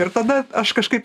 ir tada aš kažkai